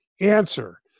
Answer